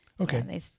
Okay